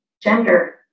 gender